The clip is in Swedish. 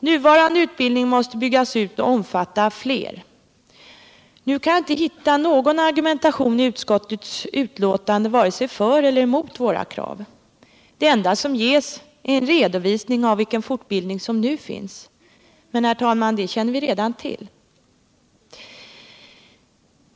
Nuvarande utbildning måste byggas ut och omfatta fler. Nu kan jag inte hitta någon argumentation i utskottets betänkande vare sig för eller emot våra krav; det enda som där ges är en redovisning av vilken fortbildning som nu finns men, herr talman, den känner vi redan till.